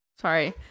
Sorry